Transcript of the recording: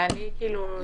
ואני כאילו עציץ סטטיסט?